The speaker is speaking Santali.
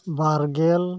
ᱵᱟᱨ ᱜᱮᱞ